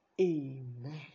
Amen